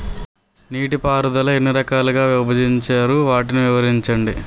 నీటిపారుదల ఎన్ని రకాలుగా విభజించారు? వాటి వివరించండి?